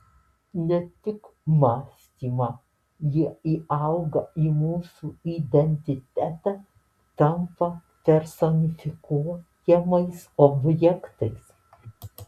ne tik mąstymą jie įauga į mūsų identitetą tampa personifikuojamais objektais